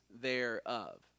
thereof